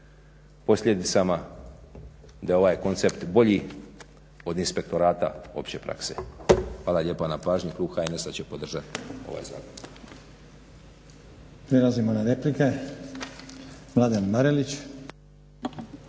posljedicama, da je ovaj koncept bolji od inspektorata opće prakse. Hvala lijepa na pažnji. Klub HNS-a će podržati ovaj zakon.